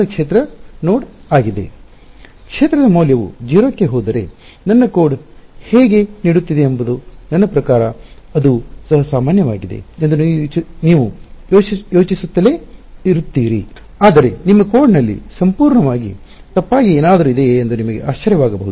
ಕ್ಷೇತ್ರದ ಮೌಲ್ಯವು 0 ಕ್ಕೆ ಹೋದರೆ ನನ್ನ ಕೋಡ್ ಹೇಗೆ ನೀಡುತ್ತಿದೆ ಎಂಬುದು ನನ್ನ ಪ್ರಕಾರ ಅದು ಸಹ ಮಾನ್ಯವಾಗಿದೆ ಎಂದು ನೀವು ಯೋಚಿಸುತ್ತಲೇ ಇರುತ್ತೀರಿ ಆದರೆ ನಿಮ್ಮ ಕೋಡ್ನಲ್ಲಿ ಸಂಪೂರ್ಣವಾಗಿ ತಪ್ಪಾಗಿ ಏನಾದರೂ ಇದೆಯೇ ಎಂದು ನಿಮಗೆ ಆಶ್ಚರ್ಯವಾಗಬಹುದು